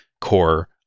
core